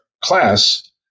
class